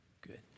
Good